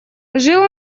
жил